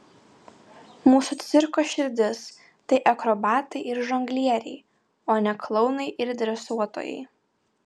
mūsų cirko širdis tai akrobatai ir žonglieriai o ne klounai ir dresuotojai